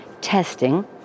testing